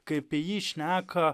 kai apie jį šneka